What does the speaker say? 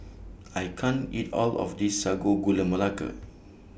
I can't eat All of This Sago Gula Melaka